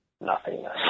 nothingness